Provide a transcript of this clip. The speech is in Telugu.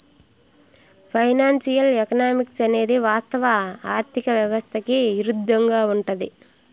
ఫైనాన్సియల్ ఎకనామిక్స్ అనేది వాస్తవ ఆర్థిక వ్యవస్థకి ఇరుద్దంగా ఉంటది